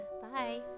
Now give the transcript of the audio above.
bye